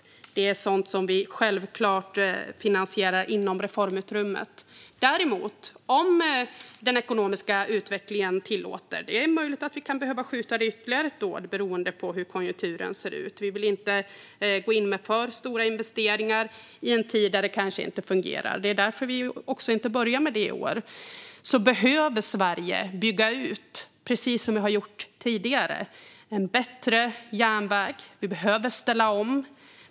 Sådant finansierar vi självklart inom reformutrymmet. Om den ekonomiska utvecklingen tillåter det behöver dock Sverige bygga ut. Det är möjligt att vi kan behöva skjuta på det ytterligare ett år, beroende på hur konjunkturen ser ut, eftersom vi inte vill gå in med för stora investeringar i en tid där det kanske inte fungerar. Det är därför vi inte börjar med det i år. Men Sverige behöver bygga ut, precis som vi har gjort tidigare. Vi behöver en bättre järnväg. Vi behöver ställa om.